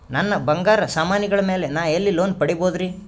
ನನ್ನ ಬಂಗಾರ ಸಾಮಾನಿಗಳ ಮ್ಯಾಲೆ ನಾ ಎಲ್ಲಿ ಲೋನ್ ಪಡಿಬೋದರಿ?